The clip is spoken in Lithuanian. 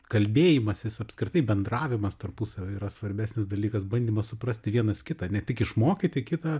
kalbėjimasis apskritai bendravimas tarpusavy yra svarbesnis dalykas bandymas suprasti vienas kitą ne tik išmokyti kitą